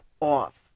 off